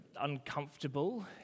uncomfortable